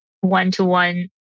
one-to-one